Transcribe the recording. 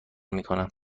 میکنم